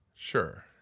Sure